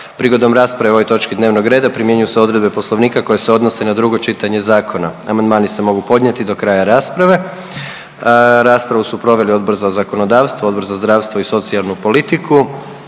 Prigodom rasprave o ovoj točki dnevnog reda primjenjuju se odredbe Poslovnika koje se odnose na drugo čitanje zakona. Amandmani se mogu podnijeti do kraja rasprave. Raspravu su proveli Odbor za zakonodavstvo, Odbor za zdravstvo i socijalnu politiku